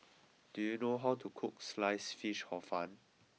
do you know how to cook Sliced Fish Hor Fun